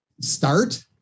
start